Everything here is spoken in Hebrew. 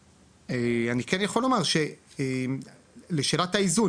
אני כן יכול לומר לשאלת האיזון,